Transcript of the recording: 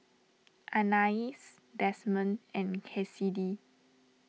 Anais Desmond and Cassidy